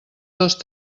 dos